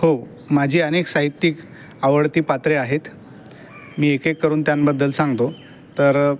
हो माझी अनेक साहित्यिक आवडती पात्रे आहेत मी एकेक करून त्यांबद्दल सांगतो तर